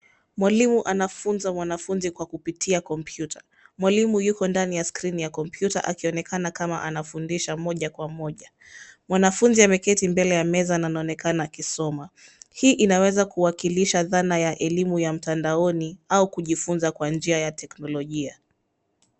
Mwalimu anafunza mwanafunzi kwa kupitia kompyuta. Mwalimu yuko ndani ya skrini ya kompyuta akionekana kama anafundisha moja kwa moja. Mwanafunzi ameketi mbele ya meza na anaonekana akisoma. Hii inaweza kuwakilisha dhana ya elimu ya mtandaoni au kujifunza kwa njia ya teknolojia.